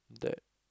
that